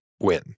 win